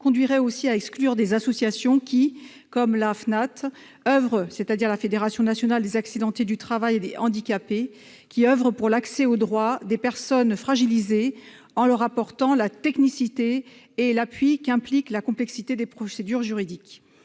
conduirait aussi à exclure des associations qui, comme la FNATH, la Fédération nationale des accidentés du travail et des handicapés, oeuvrent pour l'accès au droit des personnes fragilisées, en leur apportant la technicité et l'appui qu'implique la complexité des procédures juridiques.